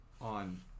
on